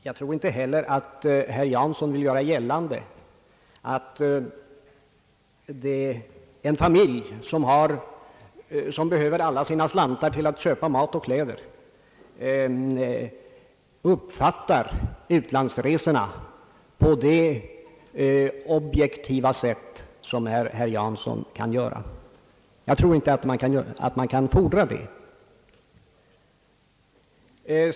Jag tror inte att herr Jansson vill göra gällande att en familj, som behöver alla sina slantar för att köpa mat och kläder, uppfattar andras utlandsresor på det objektiva sätt som herr Jansson kan göra; man kan inte fordra det.